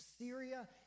Syria